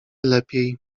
lepiej